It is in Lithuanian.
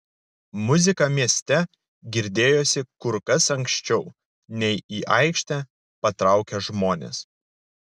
muzika mieste girdėjosi kur kas anksčiau nei į aikštę patraukė žmonės